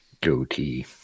Goatee